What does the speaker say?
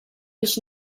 biex